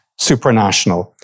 supranational